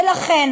ולכן